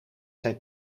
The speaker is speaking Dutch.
zijn